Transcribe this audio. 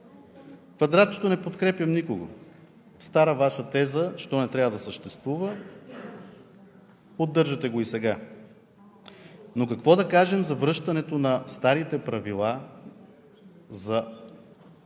Квадратчето „Не подкрепям никого“. Стара Ваша теза е, че то не трябва да съществува, поддържате го и сега. Но какво да кажем за връщането на старите правила за избори